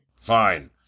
Fine